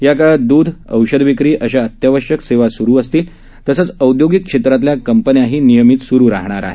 या काळात दूध औषधविक्री अशा अत्यावश्क सेवा स्रू असतील तसच औद्योगिक क्षेत्रातल्या कंपन्याही नियमित सुरू राहणार आहेत